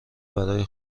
برای